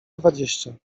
dwadzieścia